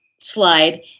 slide